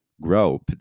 grow